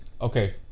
okay